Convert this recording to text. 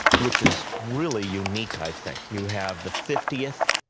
which is really unique, i think. you have the fiftieth,